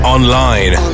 Online